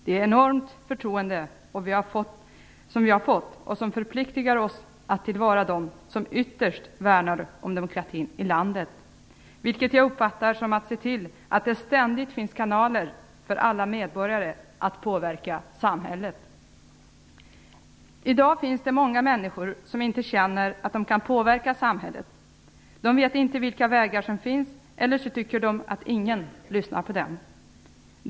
Det är ett enormt förtroende som vi har fått och som förpliktigar oss att ta till vara dem som ytterst värnar om demokratin i landet, vilket jag uppfattar är att se till att det ständigt finns kanaler för alla medborgare att påverka samhället. I dag finns det många människor som känner att de inte kan påverka samhället. De vet inte vilka vägar som finns, eller så tycker de att ingen lyssnar på dem.